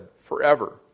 forever